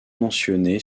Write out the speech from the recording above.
mentionné